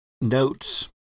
notes